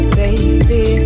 baby